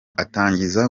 atangiza